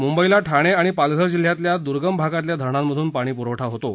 मुंबईला ठाणेआणि पालघर जिल्ह्यातील दुर्गम भागातल्या धरणांतून पाणी पुरवठा होतो